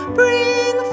bring